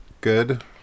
good